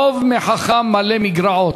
טוב מחכם מלא מגרעות".